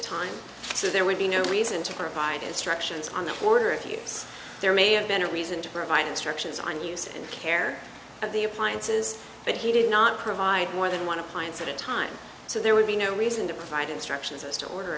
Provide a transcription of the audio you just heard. time so there would be no reason to provide instructions on the order if you there may have been a reason to provide instructions on use and care of the appliances but he did not provide more than one appliance at a time so there would be no reason to provide instructions as to order